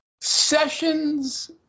sessions